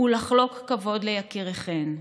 ולחלוק כבוד ליקיריכן.